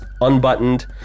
unbuttoned